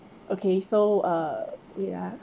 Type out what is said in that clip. okay so uh yeah